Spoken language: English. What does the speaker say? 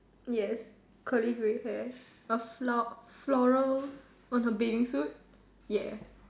yes curly grey hair her flow~ floral was a baby food ya